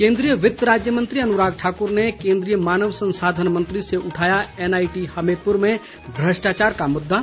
केन्द्रीय वित्त राज्य मंत्री अनुराग ठाकुर ने केन्द्रीय मानव संसाधन मंत्री से उठाया एनआईटी हमीरपुर में भ्रष्टाचार का मुद्दा